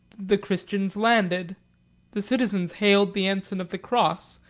the christians landed the citizens hailed the ensign of the cross,